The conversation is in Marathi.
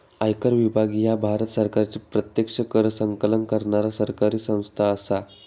आयकर विभाग ह्या भारत सरकारची प्रत्यक्ष कर संकलन करणारा सरकारी संस्था असा